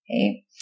Okay